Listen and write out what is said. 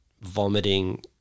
vomiting